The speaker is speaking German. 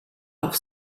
auf